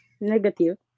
Negative